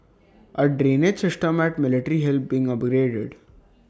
A drainage system at military hill being upgraded